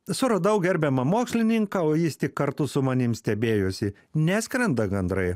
suradau gerbiamą mokslininką o jis tik kartu su manim stebėjosi neskrenda gandrai